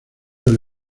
del